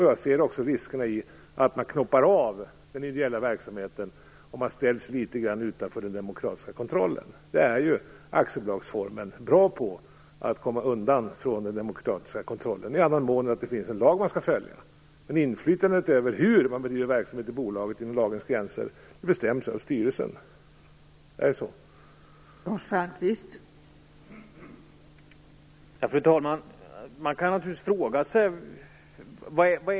Jag ser också riskerna i att man knoppar av den ideella verksamheten och ställer sig litet utanför den demokratiska kontrollen. Aktiebolagsformen är bra på att komma undan den demokratiska kontrollen, i den mån det inte finns en lag att följa. Inflytandet över hur man driver bolaget inom lagens gränser bestäms av styrelsen.